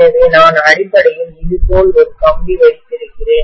எனவே நான் அடிப்படையில் இதுபோல் ஒரு கம்பி வைத்திருக்கிறேன்